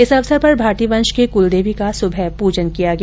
इस अवसर पर भाटी वंश की कुलदेवी का सुबह पूजन किया गया